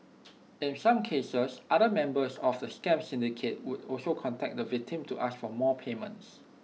in some cases other members of the scam syndicate would also contact the victims to ask for more payments